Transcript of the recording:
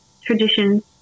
traditions